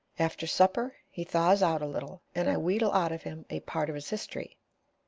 after supper he thaws out a little, and i wheedle out of him a part of his history.